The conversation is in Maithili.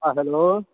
हँ हैलो